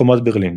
חומת ברלין